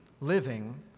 living